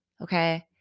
Okay